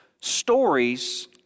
stories